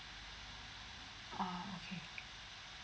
ah okay